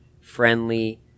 friendly